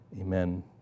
amen